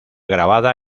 grabada